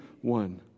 One